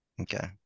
Okay